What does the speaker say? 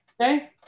Okay